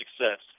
success